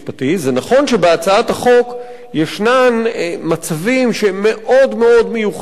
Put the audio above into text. זה נכון שבהצעת החוק ישנם מצבים מאוד מיוחדים,